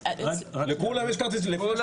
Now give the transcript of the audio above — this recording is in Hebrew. אבל הוא מדבר שטויות.